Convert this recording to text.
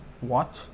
watch